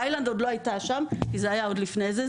תאילנד עוד לא הייתה שם, כי זה היה עוד לפני זה.